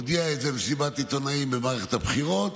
היא הודיעה את זה במסיבת עיתונאים במערכת הבחירות,